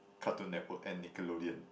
Cartoon Network and Nickelodeon